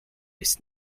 ist